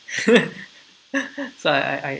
so I I I